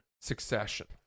succession